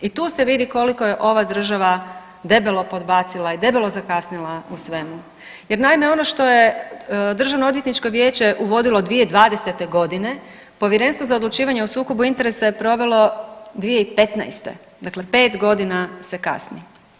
I tu se vidi koliko je ova država debelo podbacila i debelo zakasnila u svemu jer naime ono što je Državno odvjetničko vijeće uvodilo 2020. godine Povjerenstvo za odlučivanje o sukobu interesa je provelo 2015., dakle 5 godina se kasni.